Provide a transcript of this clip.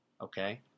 okay